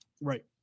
Right